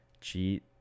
Cheat